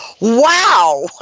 wow